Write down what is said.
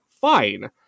fine